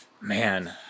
Man